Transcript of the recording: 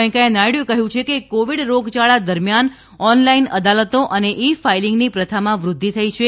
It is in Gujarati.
વેંકૈયા નાયડુએ કહ્યું છે કે કોવિડ રોગયાળા દરમિયાન ઓનલાઇન અદાલતો અને ઇ ફાઇલિંગની પ્રથામાં વૃઘ્ઘિ થઈ છે